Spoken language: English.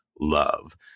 love